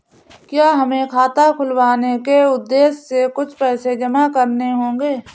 क्या हमें खाता खुलवाने के उद्देश्य से कुछ पैसे जमा करने होंगे?